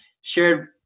shared